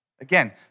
Again